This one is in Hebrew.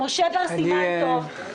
מבינים שבסוף התהליך יהיו מרשמים רגילים.